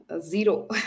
zero